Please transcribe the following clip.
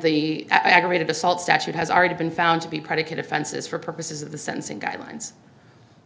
the aggravated assault statute has already been found to be predicated offenses for purposes of the sentencing guidelines